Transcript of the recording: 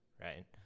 right